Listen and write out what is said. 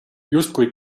justkui